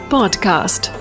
Podcast